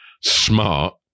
smart